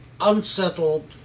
unsettled